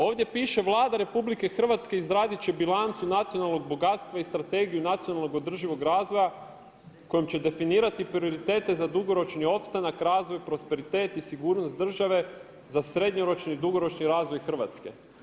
Ovdje piše Vlada Republike Hrvatske izradit će bilancu nacionalnog bogatstva i Strategiju nacionalnog održivog razvoja kojom će definirati prioritete za dugoročni opstanak, razvoj, prosperitet i sigurnost države za srednjoročni i dugoročni razvoj Hrvatske.